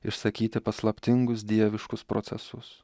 išsakyti paslaptingus dieviškus procesus